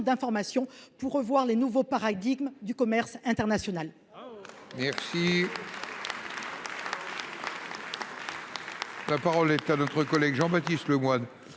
d’information pour revoir les nouveaux paradigmes du commerce international.